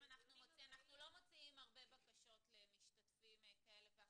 אנחנו לא מוציאים הרבה בקשות למשתתפים כאלה ואחרים.